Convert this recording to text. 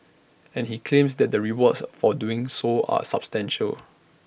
and he claims that the rewards for doing so are substantial